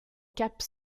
cap